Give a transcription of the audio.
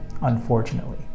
unfortunately